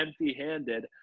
empty-handed